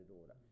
order